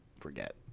forget